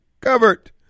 covered